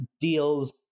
deals